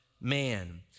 man